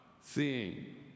seeing